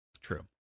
True